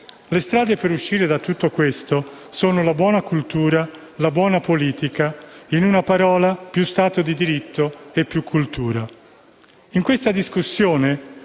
Le strade per uscire da tutto questo sono la buona cultura e la buona politica; in una parola, più Stato di diritto e più cultura.